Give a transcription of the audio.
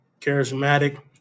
Charismatic